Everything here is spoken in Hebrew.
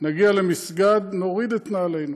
נגיע למסגד, נוריד את נעלינו,